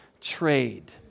trade